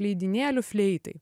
leidinėlių fleitai